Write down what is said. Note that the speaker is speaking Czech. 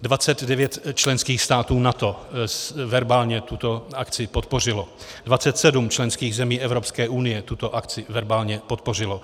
29 členských států NATO verbálně tuto akci podpořilo, 27 členských zemí Evropské unie tuto akci verbálně podpořilo.